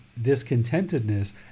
discontentedness